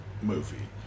movie